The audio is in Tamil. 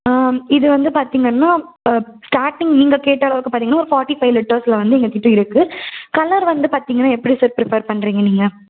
இதை வந்து பார்த்தீங்கன்னா ஸ்டார்டிங் நீங்கள் கேட்ட அளவுக்கு பார்த்தீங்கன்னா ஒரு ஃபாட்டி ஃபைவ் லிட்டர்ஸ்சில் வந்து எங்கள் கிட்டே இருக்குது கலர் வந்து பார்த்தீங்கன்னா எப்படி சார் ப்ரிஃபர் பண்ணுறீங்க நீங்கள்